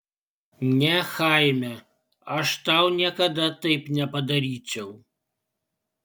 ne chaime aš tau niekada taip nepadaryčiau